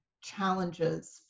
challenges